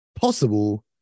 possible